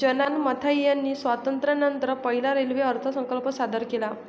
John Mathai यांनी स्वातंत्र्यानंतर पहिला रेल्वे अर्थसंकल्प सादर केला